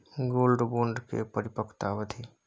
Gold bond के परिपक्वता अवधि?